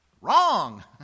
Wrong